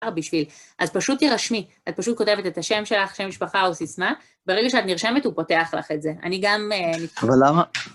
בשביל... אז פשוט תירשמי, את פשוט כותבת את השם שלך, שם משפחה או סיסמה, ברגע שאת נרשמת הוא פותח לך את זה. אני גם... -אבל למה